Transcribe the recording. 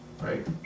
right